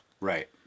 Right